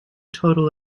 total